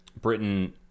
Britain